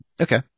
Okay